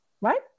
right